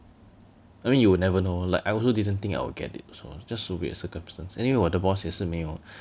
I mean you will never know like I also didn't think I'll get it so just so weird circumstance anyway 我的 boss 也是没有